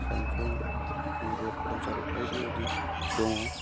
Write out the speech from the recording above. सानफुं खुंगुर खोरोमसार बायदि बायदि दङ